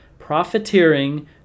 profiteering